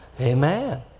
Amen